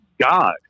God